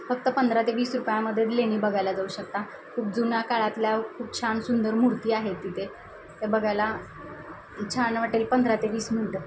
फक्त पंधरा ते वीस रुपयामध्ये लेणी बघायला जाऊ शकता खूप जुन्या काळातल्या खूप छान सुंदर मूर्ती आहे तिथे ते बघायला छान वाटेल पंधरा ते वीस मिनिटं